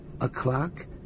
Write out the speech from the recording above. o'clock